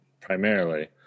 primarily